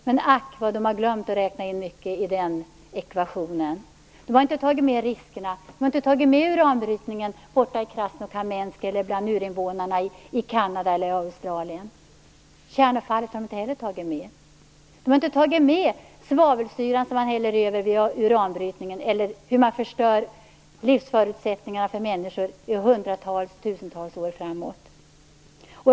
Men ack, vad de har glömt mycket i den ekvationen! De har inte tagit med riskerna; de har inte tagit med uranbrytningen borta i Australien. Kärnavfallet har de inte heller tagit med. De har inte tagit med svavelsyran som man häller över vid uranbrytningen eller hur man förstör livsförutsättningarna för människor för hundratals, kanske tusentals år framåt.